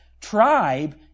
tribe